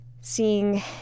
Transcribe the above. seeing